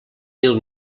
mil